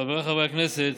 חבריי חברי הכנסת,